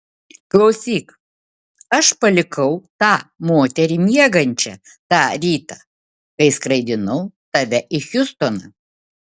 klausyk aš palikau tą moterį miegančią tą rytą kai skraidinau tave į hjustoną